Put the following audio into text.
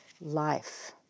life